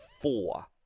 four